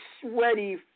sweaty